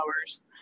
hours